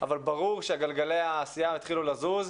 אבל ברור שגלגלי העשייה התחילו לזוז.